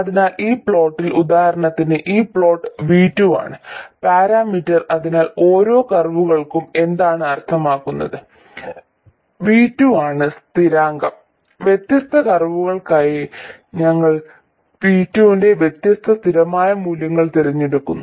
അതിനാൽ ഈ പ്ലോട്ടിൽ ഉദാഹരണത്തിന് ഈ പ്ലോട്ട് V2 ആണ് പരാമീറ്റർ അതിനാൽ ഈ ഓരോ കർവുകൾക്കും എന്താണ് അർത്ഥമാക്കുന്നത് V2 ആണ് സ്ഥിരാങ്കം വ്യത്യസ്ത കർവുകൾക്കായി ഞങ്ങൾ V2 ന്റെ വ്യത്യസ്ത സ്ഥിരമായ മൂല്യങ്ങൾ തിരഞ്ഞെടുക്കുന്നു